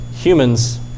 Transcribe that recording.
Humans